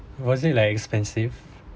wasn't it like expensive